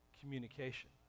communication